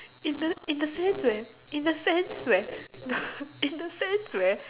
in a in a sense where in a sense where in a sense where